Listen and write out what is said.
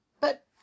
But